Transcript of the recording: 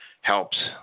helps